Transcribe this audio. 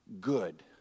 good